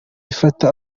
ifata